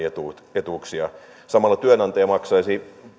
tai etuuksia samalla työnantaja maksaisi